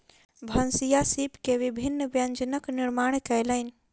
भनसिया सीप के विभिन्न व्यंजनक निर्माण कयलैन